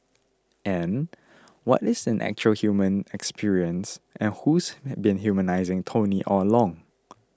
and what is an actual human experience and who's been humanising Tony all along